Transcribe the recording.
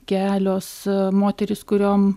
kelios moterys kuriom